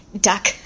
duck